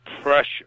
pressure